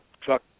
truck